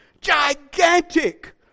Gigantic